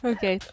Okay